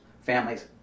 families